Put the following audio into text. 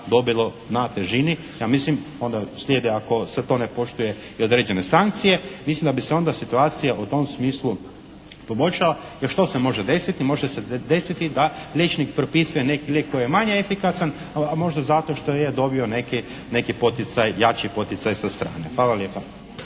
dobilo na težini. Ja mislim onda, sljede ako se to na poštuje i određene sankcije. Mislim da bi se onda situacija u tom smislu poboljšala. Jer što se može desiti? Može se desiti da liječnik propisuje neki lijek koji je manje efikasan, a možda zato što je dobio neki poticaj, jači poticaj sa strane. Hvala lijepa.